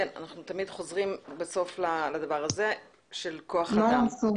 כן, אנחנו תמיד חוזרים בסוף לדבר הזה של כוח אדם.